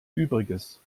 übriges